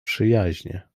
przyjaźnie